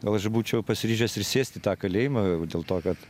gal aš būčiau pasiryžęs ir sėst į tą kalėjimą dėl to kad